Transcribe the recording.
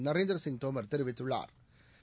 நரேந்திர சிங் தோமா் தெரிவித்துள்ளாா்